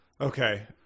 Okay